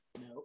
No